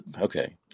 okay